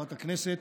חברת הכנסת.